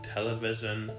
Television